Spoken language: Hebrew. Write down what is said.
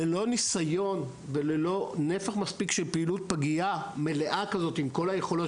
ללא ניסיון וללא נפח מספיק של פעילות פגייה מלאה כזאת עם כל היכולות,